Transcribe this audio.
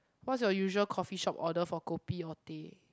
what's your usual coffee shop order for kopi or teh